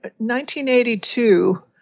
1982